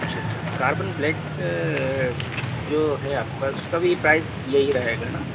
अच्छा अच्छा carbon black जो है आपके पास उसका भी प्राइस यही रहेगा ना